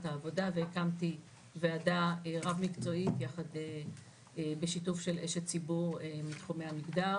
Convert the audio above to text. העבודה והקמתי ועדה רב-מקצועית בשיתוף של אשת ציבור מתחומי המגדר.